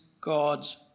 God's